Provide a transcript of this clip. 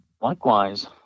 Likewise